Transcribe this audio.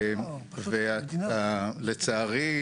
תראה,